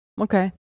okay